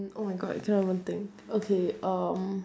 oh my god I cannot even think okay um